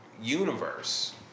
universe